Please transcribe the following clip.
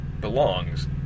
belongs